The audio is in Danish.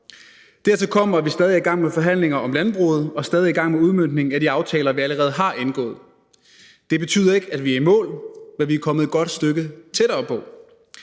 Dertil kommer, at vi stadig er i gang med forhandlinger om landbruget og stadig er i gang med udmøntning af de aftaler, vi allerede har indgået. Det betyder ikke, at vi er i mål, men vi er kommet et godt stykke tættere på.